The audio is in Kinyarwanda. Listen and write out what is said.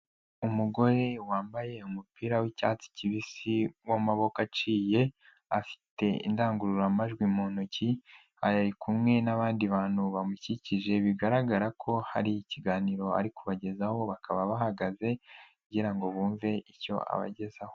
Umugore wambaye umupira w'icyatsi kibisi w'amaboko aciye afite indangururamajwi mu ntoki, ari kumwe n'abandi bantu bamukikije bigaragara ko hari ikiganiro ari kubagezaho, bakaba bahagaze kugira ngo bumve icyo abagezaho.